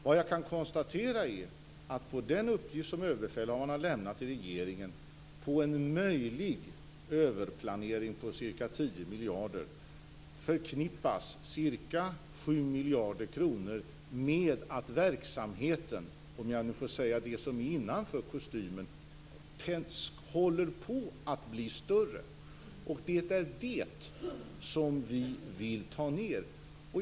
Vad jag kan konstatera är att på den uppgift som överbefälhavaren har lämnat till regeringen på en möjlig överplanering på ca 10 miljarder kronor förknippas ca 7 miljarder kronor med att verksamheten - dvs. det som är innanför kostymen, om jag så får säga - håller på att bli större. Det är det som vi vill ta ned.